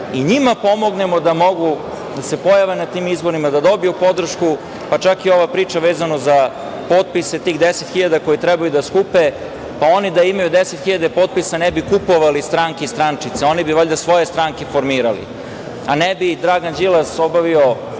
i njima pomognemo da mogu da se pojave na tim izborima, da dobiju podršku, pa čak i ova priča vezano za potpise tih 10.000 koje trebaju da skupe. Oni da imaju 10.000 potpisa ne bi kupovali stranke i strančice. Oni bi valjda svoje stranke formirali, a ne bi Dragan Đilas obavio